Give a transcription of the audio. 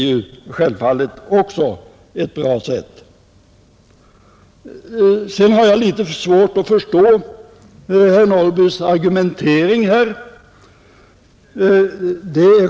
Jag har vidare litet svårt att förstå herr Norrbys argumentering här.